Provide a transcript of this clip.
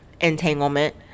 entanglement